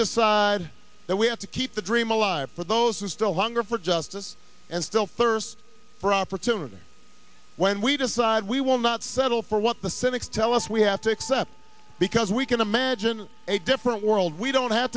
decide that we have to keep the dream alive for those who still hunger for justice and still thirst for opportunity when we decide we will not settle for what the cynics tell us we have to accept because we can imagine a different world we don't have